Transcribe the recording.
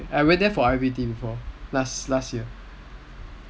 I went there for I_P_P_T before last year